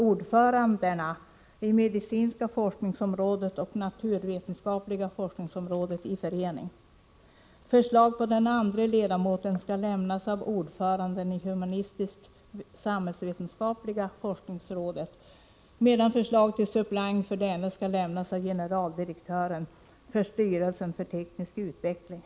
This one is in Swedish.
ordförandena vid medicinska forskningsrådet och naturvetenskapliga forskningsrådet i förening, och förslag för den andra ledamoten skall lämnas av ordföranden i humanistisk-samhällsvetenskapliga forskningsrådet, medan förslag till suppleant för denne skall lämnas av generaldirektören vid styrelsen för teknisk utveckling.